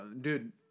dude